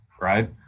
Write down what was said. Right